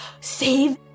SAVE